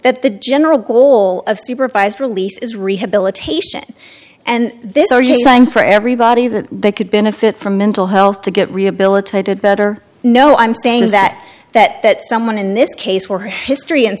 that the general goal of supervised release is rehabilitation and this are you saying for everybody that they could benefit from mental health to get rehabilitated better no i'm saying that that that someone in this case where history and